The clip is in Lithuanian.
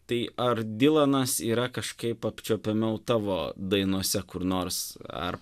tai ar dylanas yra kažkaip apčiuopiamiau tavo dainose kur nors ar